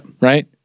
Right